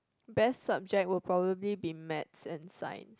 best subject will probably be maths and Science